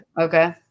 Okay